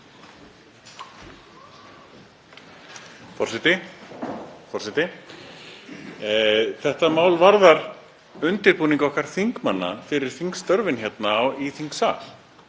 Þetta mál varðar undirbúning okkar þingmanna fyrir þingstörfin hérna í þingsal.